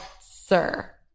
sir